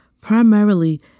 primarily